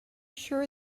sure